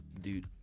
Dude